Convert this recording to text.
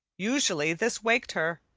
usually this waked her,